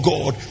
God